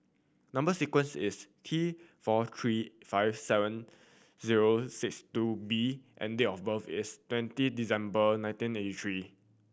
number sequence is T four three five seven zero six two B and date of birth is twenty December nineteen eighty three